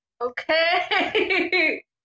Okay